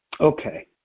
Okay